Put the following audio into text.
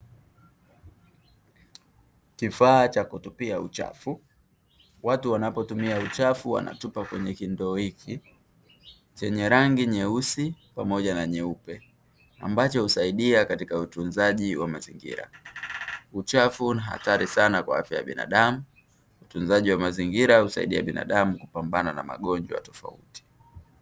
Kifaa cha kutupia uchafu, watu wanapotumia uchafu wanatupa kwenye kindoo hiki, chenye rangi nyeusi pamoja na nyeupe, ambacho husaidia katika utunzaji wa mazingira. Uchafu ni hatari sana kwa afya ya binadamu. Utunzaji wa mazingira husaidia binadamu kupambana na magonjwa tofauti.